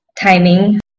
timing